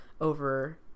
over